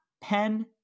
pen